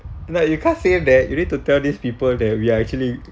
no you can't say that you need to tell these people that we are actually